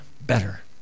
better